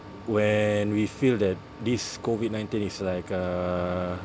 when we feel that this COVID nineteen is like uh